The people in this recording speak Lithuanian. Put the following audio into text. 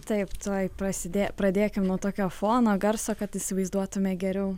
taip tuoj prasidė pradėkim nuo tokio fono garso kad įsivaizduotume geriau